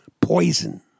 poison